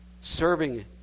Serving